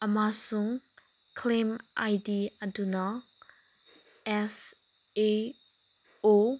ꯑꯃꯁꯨꯡ claim I D ꯑꯗꯨꯅ S A ꯑꯣ